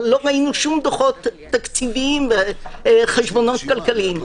ולא ראינו שום דוחות תקציביים וחשבונות כלכליים.